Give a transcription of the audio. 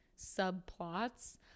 subplots